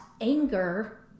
anger